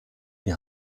die